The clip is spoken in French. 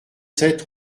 sept